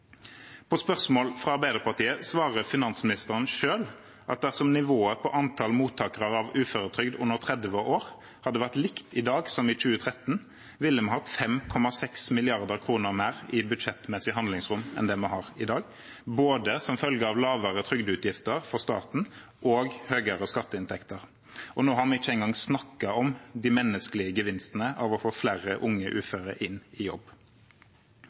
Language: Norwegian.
På spørsmål fra Arbeiderpartiet svarer finansministeren selv at dersom nivået på antall mottakere av uføretrygd under 30 år hadde vært likt i dag som i 2013, ville vi hatt 5,6 mrd. kr mer i budsjettmessig handlingsrom enn det vi har i dag, som følge av både lavere trygdeutgifter for staten og høyere skatteinntekter, og nå har vi ikke engang snakket om de menneskelige gevinstene av å få flere unge uføre inn i jobb.